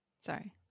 sorry